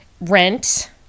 Rent